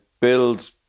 Build